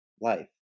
life